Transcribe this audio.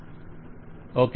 vendor okay